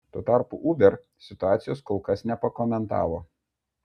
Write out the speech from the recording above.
tuo tarpu uber situacijos kol kas nepakomentavo